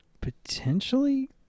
potentially